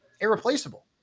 irreplaceable